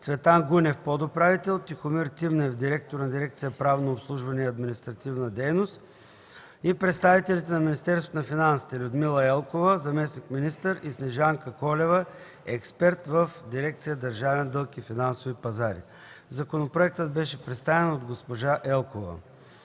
Цветан Гунев – подуправител, Тихомир Тимнев – директор на дирекция „Правно обслужване и административна дейност”, и представителите на Министерството на финансите: Людмила Елкова – заместник министър, и Снежанка Колева – експерт в дирекция „Държавен дълг и финансови пазари”. Законопроектът беше представен от госпожа Елкова.